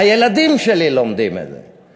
הילדים שלי לומדים את זה,